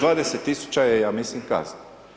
20.000 je ja mislim kazna.